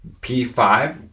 P5